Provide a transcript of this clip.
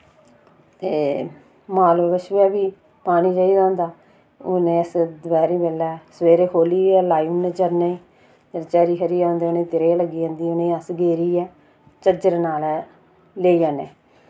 ते माल बच्छुए बी पानी चाहिदा होंदा उ'ने अस दपैरी वेल्लै सवेरे खोलियै लाई ओढ़ने चरने ते चरी शरी औंदे उ'ने त्रेह् लग्गी जंदी उ'ने अस गेरियै झज्जर नालै लेई जन्ने